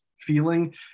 feeling